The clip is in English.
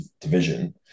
division